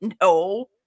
No